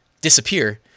disappear